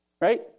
right